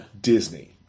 Disney